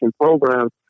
programs